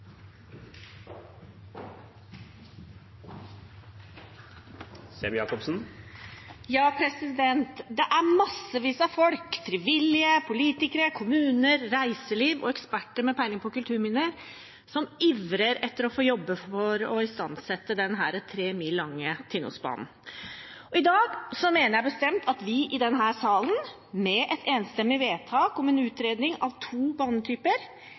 Det er massevis av folk – frivillige, politikere, i kommuner, innen reiseliv og eksperter med peiling på kulturminner – som ivrer etter å få jobbe for å istandsette denne tre mil lange Tinnosbanen. I dag mener jeg bestemt at vi i denne salen med et enstemmig vedtak om en utredning av to banetyper